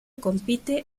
compite